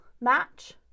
match